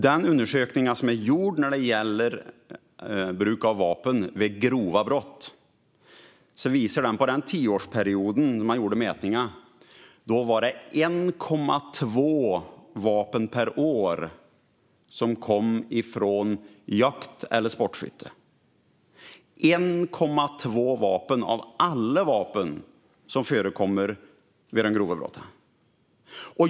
Den undersökning som är gjord när det gäller bruk av vapen vid grova brott visar att det under den tioårsperiod då mätningarna gjordes var 1,2 vapen per år som kom från jakt eller sportskytte - 1,2 vapen av alla vapen som förekom vid grova brott.